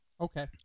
okay